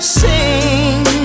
sing